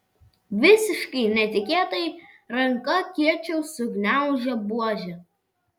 visiškai netikėtai ranka kiečiau sugniaužė buožę